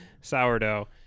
sourdough